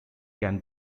can